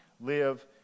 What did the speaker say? live